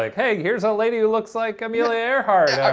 like hey, here's a lady that looks like amelia earhart,